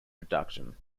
production